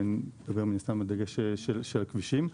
ומן הסתם הדגש על הכבישים.